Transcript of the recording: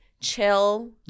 Chill